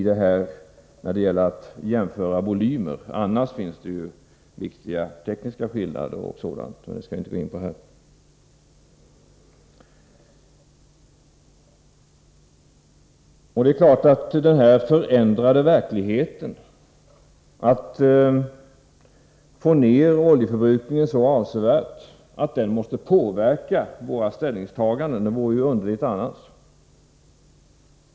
Detta gäller vid en volymmässig jämförelse — de viktiga tekniska skillnader som finns skall jag inte gå in på här. Det är klart att den förändrade verkligheten, med en sådan avsevärd nedgång i oljeförbrukningen, måste påverka våra ställningstaganden. Det vore underligt annars.